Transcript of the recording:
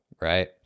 right